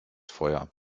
feuer